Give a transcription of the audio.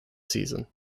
season